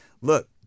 look